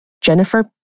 Jennifer